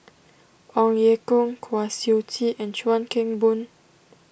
Ong Ye Kung Kwa Siew Tee and Chuan Keng Boon